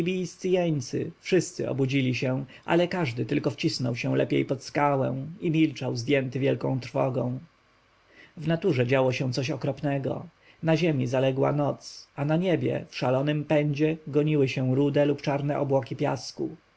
jeńcy wszyscy obudzili się ale każdy tylko wcisnął się lepiej pod skałę i milczał zdjęty trwogą w naturze działo się coś okropnego na ziemi zaległa noc a na niebie w szalonym pędzie goniły się rude lub czarne obłoki piasku